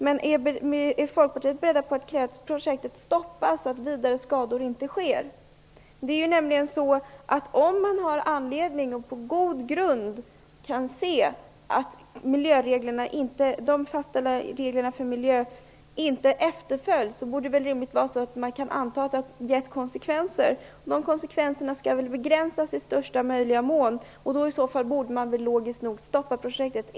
Men är Folkpartiet beredda att medverka till att projektet stoppas så att vidare skador inte sker? Om man har anledning att tro, och på god grund kan se, att de fastställda miljöreglerna inte efterföljs borde man rimligtvis kunna anta att detta har fått konsekvenser. Dessa konsekvenser skall begränsas i största möjliga mån, och det vore då logiskt att stoppa projektet.